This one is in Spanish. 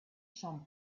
son